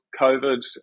COVID